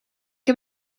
heb